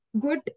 good